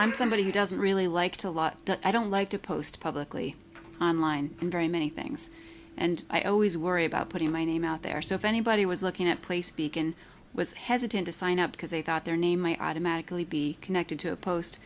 i'm somebody who doesn't really liked a lot i don't like to post publicly on line in very many things and i always worry about putting my name out there so if anybody was looking at play speak and was hesitant to sign up because they thought their name i automatically be connected to a pos